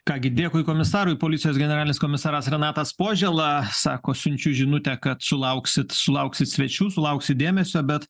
ką gi dėkui komisarui policijos generalinis komisaras renatas požėla sako siunčiu žinutę kad sulauksit sulauksit svečių sulauksit dėmesio bet